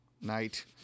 night